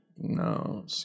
no